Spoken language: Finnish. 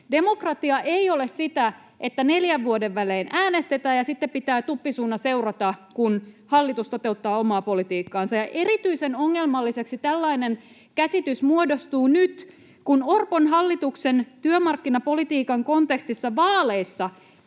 Demokratia ei ole sitä, että neljän vuoden välein äänestetään ja sitten pitää tuppisuuna seurata, kun hallitus toteuttaa omaa politiikkaansa. Ja erityisen ongelmalliseksi tällainen käsitys muodostuu nyt, kun Orpon hallituksen työmarkkinapolitiikan kontekstissa vaaleissa